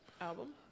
Album